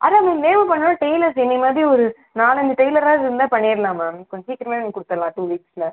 அதான் மேம் வேகமாக பண்ண டெய்லர்ஸ் என்னைய மாதிரி ஒரு நாலஞ்சு டெய்லராவது இருந்தால் பண்ணிடலாம் மேம் கொஞ்சம் சீக்கிரமாகவே உங்களுக்கு கொடுத்துட்லாம் டூ வீக்ஸில்